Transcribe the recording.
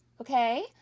Okay